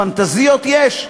פנטזיות יש.